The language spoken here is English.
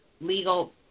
legal